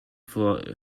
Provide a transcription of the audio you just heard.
for